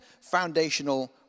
foundational